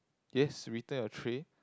yes return your tray